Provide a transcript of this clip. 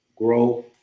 Grow